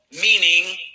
meaning